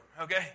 okay